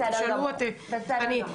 בסדר גמור.